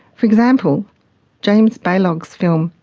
for example james balog's film,